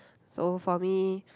so for me